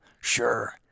sure